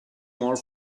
more